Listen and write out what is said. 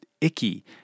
icky